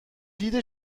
دید